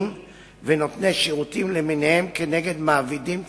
ונותני שירותים למיניהם כנגד מעבידים ציבוריים,